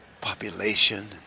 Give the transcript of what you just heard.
population